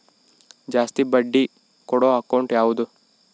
ಜಾಸ್ತಿ ಬಡ್ಡಿ ಕೊಡೋ ಅಕೌಂಟ್ ಯಾವುದು?